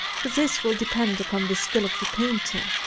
for this will depend upon the skill of the painter.